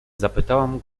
zapytałam